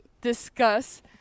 discuss